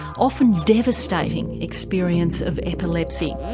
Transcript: often devastating experience of epilepsy.